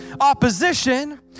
opposition